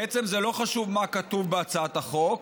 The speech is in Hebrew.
בעצם, לא חשוב מה כתוב בהצעת החוק,